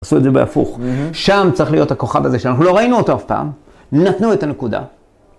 עשו את זה בהפוך, שם צריך להיות הכוכב הזה שלנו, לא ראינו אותו אף פעם, נתנו את הנקודה.